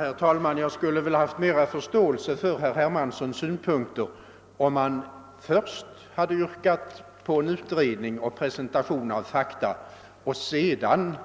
Herr talman! Jag skulle haft större förståelse för herr Hermanssons synpunkter om han först hade yrkat på en utredning och en presentation av fakta och sedan